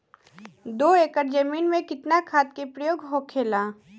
दो एकड़ जमीन में कितना खाद के प्रयोग होखेला?